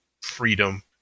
freedom